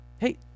Hey